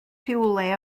rhywle